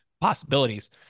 possibilities